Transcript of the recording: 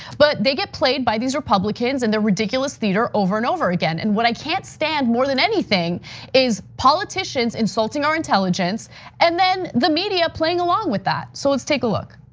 but they get played by these republicans and their ridiculous theater over and over again. and what i can't stand more than anything is politicians insulting insulting our intelligence and then the media playing along with that. so let's take a look.